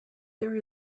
there